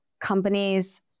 companies